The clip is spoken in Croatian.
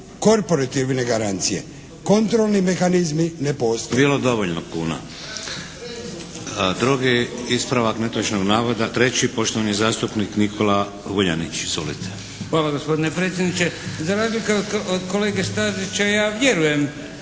korporativne garancije. Kontrolni mehanizmi ne postoje. **Šeks, Vladimir (HDZ)** Drugi ispravak netočnog navoda, treći, poštovani zastupnik Nikola Vuljanić. Izvolite. **Vuljanić, Nikola (HNS)** Hvala gospodine predsjedniče. Za razliku od kolege Stazića ja vjerujem